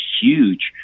huge